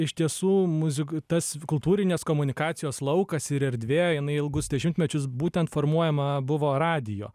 iš tiesų muzika tas kultūrinės komunikacijos laukas ir erdvė jinai ilgus dešimtmečius būtent formuojama buvo radijo